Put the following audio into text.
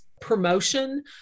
promotion